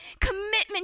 commitment